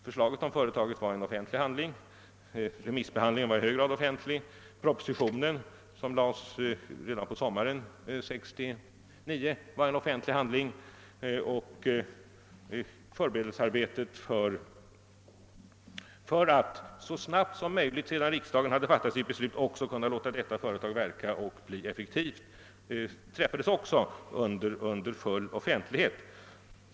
Förslaget om företaget var en offentlig handling, remissbehandlingen var i hög grad offentlig, och propositionen som lades fram på sommaren 1969 var ju också en offentlig handling. Förberedelsearbetet för att så snabbt som möjligt efter det att riksdagen fattat sitt beslut låta företaget verka och bli effektivt utfördes även under full offentlighet.